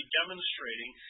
demonstrating